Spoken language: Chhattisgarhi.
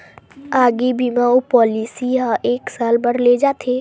आगी बीमा अउ पॉलिसी ह एक साल बर ले जाथे